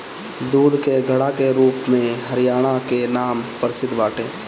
दूध के घड़ा के रूप में हरियाणा कअ नाम प्रसिद्ध बाटे